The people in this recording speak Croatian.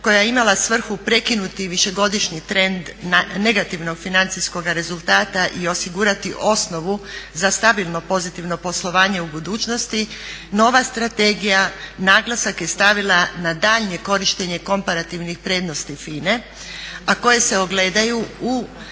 koja je imala svrhu prekinuti višegodišnji trend negativnog financijskog rezultata i osigurati osnovu za stabilno pozitivno poslovanje u budućnosti, nova strategija naglasak je stavila na daljnje korištenje komparativne prednosti FINA-e, a koje se ogledaju u